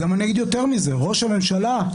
יותר מזה, ראש הממשלה,